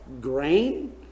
Grain